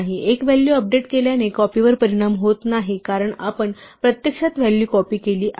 एक value update केल्याने कॉपीवर परिणाम होत नाही कारण आपण प्रत्यक्षात व्हॅल्यू कॉपी केली आहे